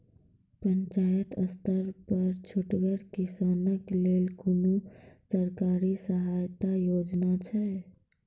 पंचायत स्तर पर छोटगर किसानक लेल कुनू सरकारी सहायता योजना छै?